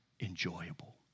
enjoyable